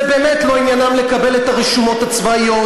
זה באמת לא עניינם לקבל את הרשומות הצבאיות,